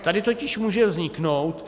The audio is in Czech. Tady totiž může vzniknout...